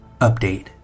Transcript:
Update